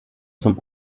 zum